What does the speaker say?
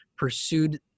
pursued